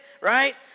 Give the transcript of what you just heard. right